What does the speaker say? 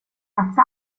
satsa